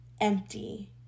empty